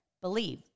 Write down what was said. believe